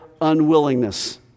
unwillingness